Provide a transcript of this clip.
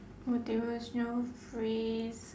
motivational phrase